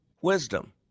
Wisdom